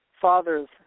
father's